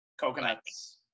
Coconuts